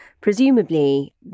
presumably